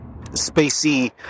spacey